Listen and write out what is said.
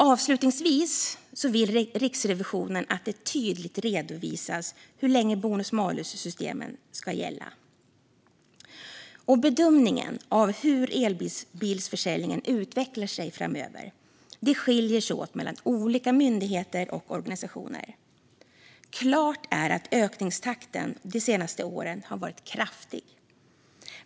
Avslutningsvis vill Riksrevisionen att det tydligt redovisas hur länge bonus-malus-systemet ska gälla. Bedömningarna av hur elbilsförsäljningen utvecklar sig framöver skiljer sig åt mellan olika myndigheter och organisationer. Klart är att ökningstakten de senaste åren har varit kraftig.